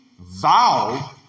vow